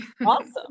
awesome